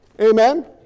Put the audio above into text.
Amen